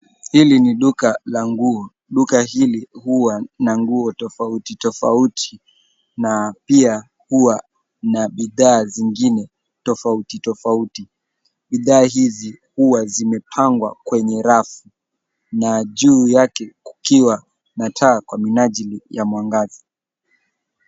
Hili ni duka la nguo. Duka hili huwa na nguo tofauti tofauti na pia huwa na bidhaa zingine tofauti tofauti. Bidhaa hizi huwa zimepangwa kwenye rafu na juu yake kukiwa na taa kwa minajili ya mwangaza.